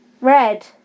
Red